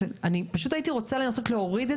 פשוט הייתי רוצה להבין באמת את